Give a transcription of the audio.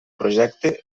projecte